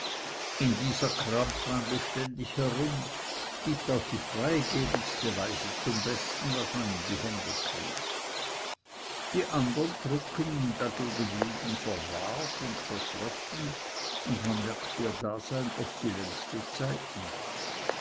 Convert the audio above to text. in dieser kramt man beständig herum gibt auf die freigebigste weise zum besten was man in die hände kriegt die andern drucken dagegen liegen verwahrt und verschlossen man merkt ihr dasein oft die längste zeit nicht